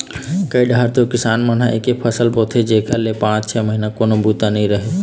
कइ डाहर तो किसान मन ह एके फसल बोथे जेखर ले पाँच छै महिना कोनो बूता नइ रहय